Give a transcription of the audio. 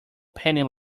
penny